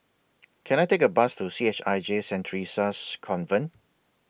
Can I Take A Bus to C H I J Saint Theresa's Convent